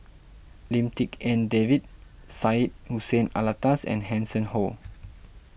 Lim Tik En David Syed Hussein Alatas and Hanson Ho